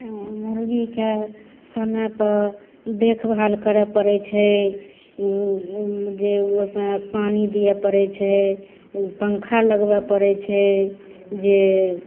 मुर्गीके समय पऽ देखभाल करऽ पड़ै छै जे पानि दिअ पड़ैत छै पङ्खा लगबऽ पड़ैत छै जे